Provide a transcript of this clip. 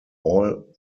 all